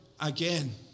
again